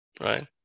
right